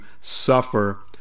suffer